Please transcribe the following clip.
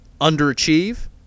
underachieve